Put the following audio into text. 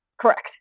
Correct